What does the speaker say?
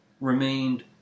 remained